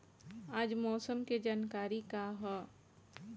आज मौसम के जानकारी का ह?